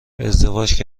ازدواج